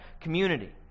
community